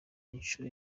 inshuro